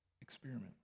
experiment